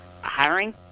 hiring